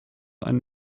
einen